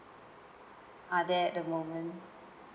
are there at the moment